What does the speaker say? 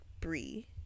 brie